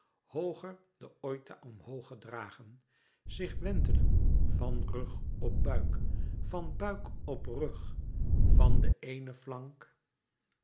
hooger den oita omhoog gedragen zich wentelen van rug op buik van buik op rug van de eene flank